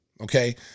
Okay